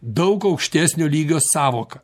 daug aukštesnio lygio sąvoka